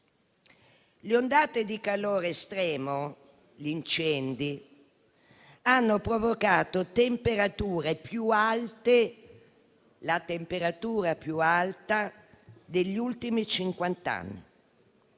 Le ondate di calore estremo e gli incendi hanno provocato la temperatura più alta degli ultimi